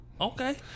okay